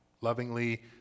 Lovingly